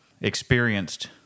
experienced